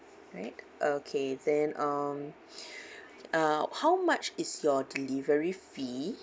alright okay then um uh how much is your delivery fee